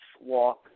walk